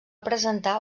presentar